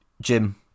Jim